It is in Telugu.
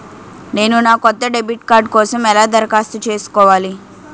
నేను నా కొత్త డెబిట్ కార్డ్ కోసం ఎలా దరఖాస్తు చేసుకోవాలి?